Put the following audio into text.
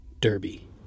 derby